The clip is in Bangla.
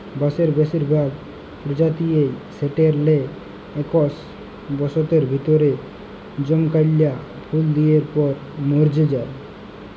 বাঁসের বেসিরভাগ পজাতিয়েই সাট্যের লে একস বসরের ভিতরে জমকাল্যা ফুল দিয়ার পর মর্যে যায়